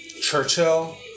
Churchill